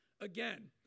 Again